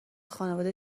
خانواده